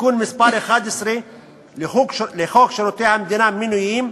תיקון מס' 11 לחוק שירות המדינה (מינויים),